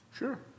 Sure